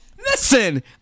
Listen